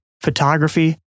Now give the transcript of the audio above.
Photography